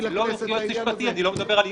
אני לא יודע לקרוא בין השורות?